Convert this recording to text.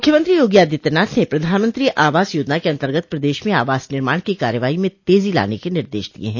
मुख्यमंत्री योगी आदित्यनाथ ने प्रधानमंत्री आवास योजना के अन्तर्गत प्रदेश में आवास निर्माण की कार्रवाई में तेजी लाने के निर्देश दिये हैं